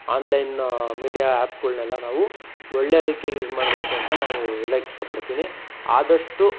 online media ಆ್ಯಪ್ಗಳನ್ನೆಲ್ಲ ನಾವು ಒಳ್ಳೇದಕ್ಕೆ ಯೂಸ್ ಮಾಡಬೇಕು ಅಂತ ನಾನು ಹೇಳೋಕೆ ಇಷ್ಟಪಡ್ತೀನಿ ಆದಷ್ಟು